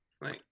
right